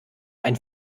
ein